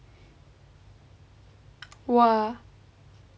!wah!